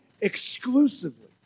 exclusively